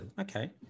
okay